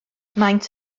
maent